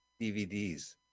DVDs